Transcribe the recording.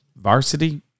Varsity